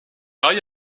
mariée